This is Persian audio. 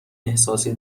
احساسی